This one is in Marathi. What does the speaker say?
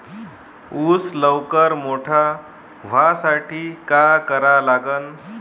ऊस लवकर मोठा व्हासाठी का करा लागन?